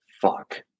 Fuck